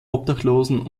obdachlosen